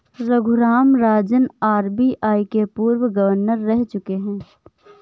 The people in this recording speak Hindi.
रघुराम राजन आर.बी.आई के पूर्व गवर्नर रह चुके हैं